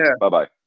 bye-bye